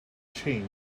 changed